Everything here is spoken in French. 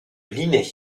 linné